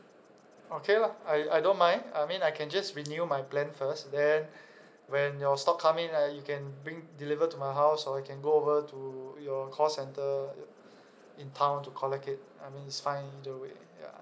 okay lah I I don't mind I mean I can just renew my plan first then when your stock come in ah you can bring deliver to my house or I can go over to your call centre in town to collect it I mean it's fine either way ya